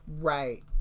Right